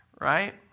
Right